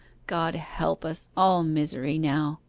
god help us all misery now